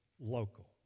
local